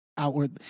outward